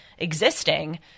existing